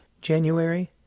January